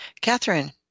Catherine